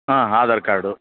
ಹಾಂ ಆಧಾರ್ ಕಾರ್ಡು